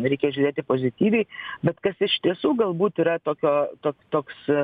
reikia žiūrėti pozityviai bet kas iš tiesų galbūt yra tokio to toks